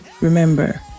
remember